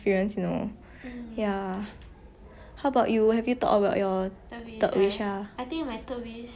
mm